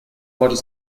может